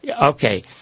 Okay